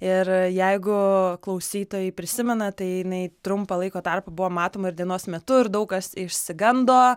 ir jeigu klausytojai prisimena tai jinai trumpą laiko tarpą buvo matoma ir dienos metu ir daug kas išsigando